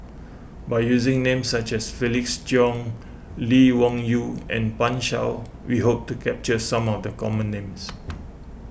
by using names such as Felix Cheong Lee Wung Yew and Pan Shou we hope to capture some of the common names